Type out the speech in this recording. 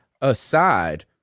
aside